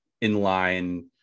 in-line